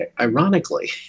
ironically